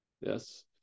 Yes